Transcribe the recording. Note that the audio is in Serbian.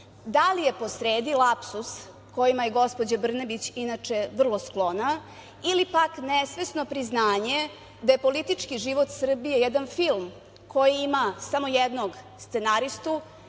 Da li je posredi lapsus, kojima je gospođa Brnabić inače vrlo sklona, ili pak nesvesno priznanje da je politički život Srbije jedan film koji ima samo jednog scenaristu,